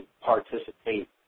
participate